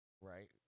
right